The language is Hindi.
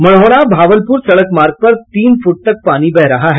मढ़ौरा भावलपुर सड़क मार्ग पर तीन फुट तक पानी बह रहा है